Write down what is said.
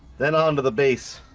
then onto the base